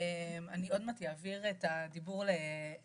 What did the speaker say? אני עוד מעט אעביר את רשות הדיבור לעינת,